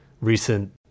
recent